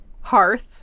hearth